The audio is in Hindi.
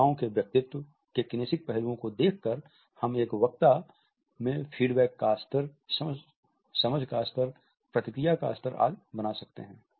श्रोताओं के व्यक्तित्व के किनेसिक पहलुओं को देखकर हम एक वक्ता में फीडबैक का स्तर समझ का स्तर प्रतिक्रिया का स्तर आदि बना सकते हैं